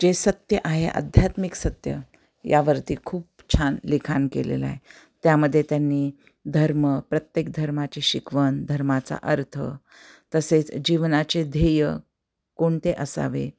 जे सत्य आहे आध्यात्मिक सत्य यावरती खूप छान लिखाण केलेलं आहे त्यामध्ये त्यांनी धर्म प्रत्येक धर्माचे शिकवन धर्माचा अर्थ तसेच जीवनाचे ध्येय कोणते असावे